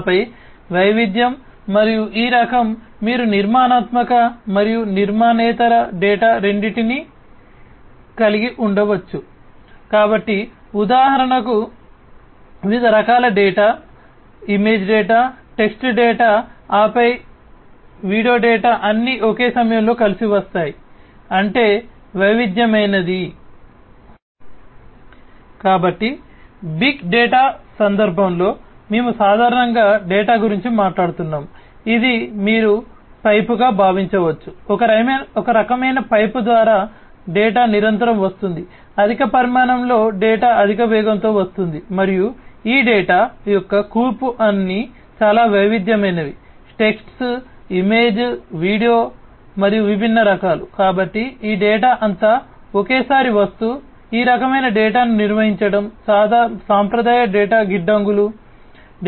ఆపై వైవిధ్యం మరియు ఈ రకం మీరు నిర్మాణాత్మక